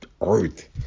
earth